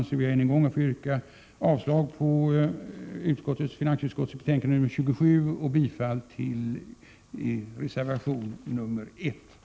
Jag ber att än en gång få yrka bifall till reservation 1 samt avslag på hemställan i finansutskottets betänkande 27.